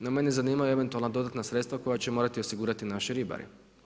No, mene zanimaju eventualna dodatna sredstva koja će morati osigurati naši ribari.